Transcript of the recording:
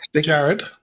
Jared